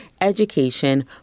education